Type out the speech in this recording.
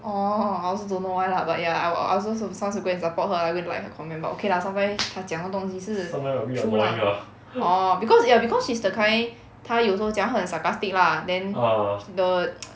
orh I also don't why lah but ya I will I also so~ sometimes will go and support her lah go and like her comment but okay lah sometimes 她讲的东西是 true lah orh because ya because she's the kind 她有时候讲话很 sarcastic lah then the